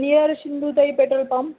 near Sindhutai petrol pump